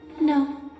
No